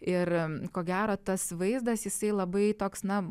ir ko gero tas vaizdas jisai labai toks na